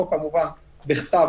או כמובן בכתב,